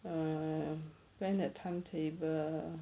err plan a timetable